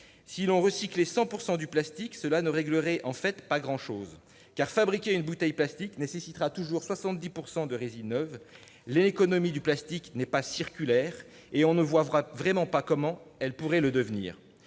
l'avons fait pour vous ...-, cela ne réglerait en fait pas grand-chose ! Fabriquer une bouteille plastique nécessitera toujours 70 % de résine neuve. L'économie du plastique n'est pas circulaire, et on ne voit vraiment pas comment elle pourrait le devenir.